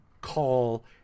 call